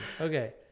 Okay